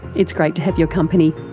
it's great to have your company,